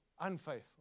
unfaithful